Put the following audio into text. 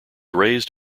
raised